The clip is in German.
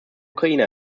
ukraine